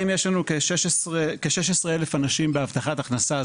יש לנו כ-16,000 אנשים בהבטחת הכנסה.